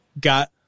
Got